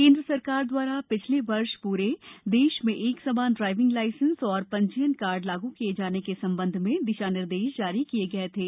भारत सरकार द्वारा पिछले वर्ष प्ररे देश में एक समान ड्रायविंग लायसेंस और पंजीयन कार्ड लागू किये जाने के संबंध में दिशानिर्देश जारी किये थे